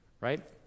right